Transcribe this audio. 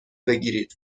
بگیرید